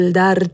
dar